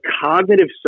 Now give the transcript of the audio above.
cognitive